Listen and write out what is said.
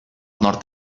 nord